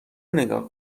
نگاه